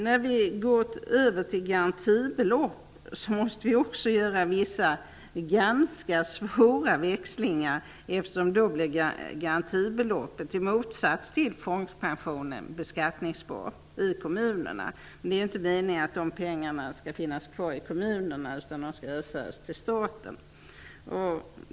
Också vid övergången till garantibelopp måste vi göra vissa ganska svåra växlingar, eftersom garantibeloppet då i motsats till folkpensionen blir beskattningsbart i kommunerna. Det är inte meningen att de pengarna skall finnas kvar i kommunerna, utan de skall överföras till staten.